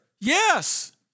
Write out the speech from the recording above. Yes